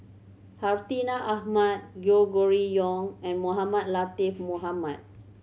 Hartinah Ahmad Gregory Yong and Mohamed Latiff Mohamed